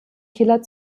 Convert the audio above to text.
killer